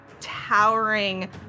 towering